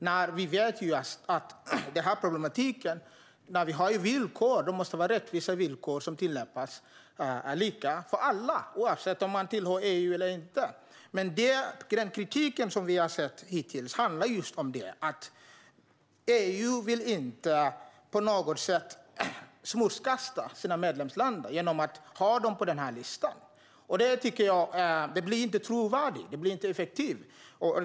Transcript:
När vi har villkor som gäller den här problematiken måste det vara rättvisa villkor som tillämpas lika för alla, oavsett om man tillhör EU eller inte. Men den kritik som vi hittills har sett handlar just om att EU inte vill smutskasta sina medlemsländer genom att ha dem på den här listan. Det blir inte trovärdigt, och det blir inte effektivt.